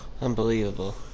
Unbelievable